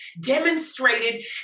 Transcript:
demonstrated